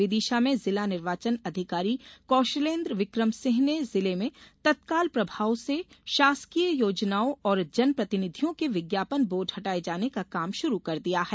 विदिशा में जिला निर्वाचन अधिकारी कौशलेन्द्र विक्रम सिंह ने जिले में तत्काल प्रभाव से शासकीय योजनाओं और जनप्रतिनिधियों के विज्ञापन बोर्ड हटाये जाने का काम शुरू कर दिया है